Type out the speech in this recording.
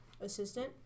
assistant